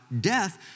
death